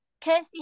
Kirsty